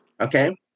okay